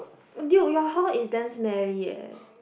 dude your hall is damn smelly leh